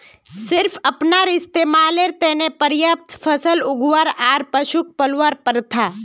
सिर्फ अपनार इस्तमालेर त न पर्याप्त फसल उगव्वा आर पशुक पलवार प्रथा